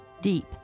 Deep